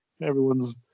Everyone's